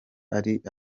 ariko